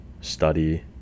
study